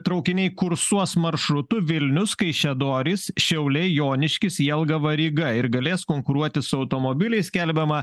traukiniai kursuos maršrutu vilnius kaišiadorys šiauliai joniškis jelgava ryga ir galės konkuruoti su automobiliais skelbiama